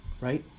Right